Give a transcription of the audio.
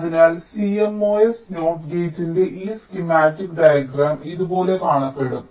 അതിനാൽ CMOS NOT ഗേറ്റിന്റെ ഈ സ്കീമമാറ്റിക് ഡയഗ്രം ഇതുപോലെ കാണപ്പെടും